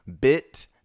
Bit